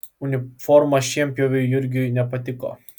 uniforma šienpjoviui jurgiui nepatiko